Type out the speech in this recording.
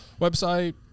website